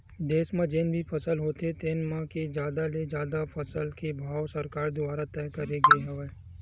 देस म जेन भी फसल होथे तेन म के जादा ले जादा फसल के भाव सरकार दुवारा तय करे गे हवय